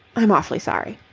i'm awfully sorry.